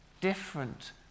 different